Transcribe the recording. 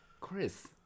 Chris